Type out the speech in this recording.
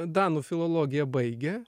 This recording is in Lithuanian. danų filologiją baigė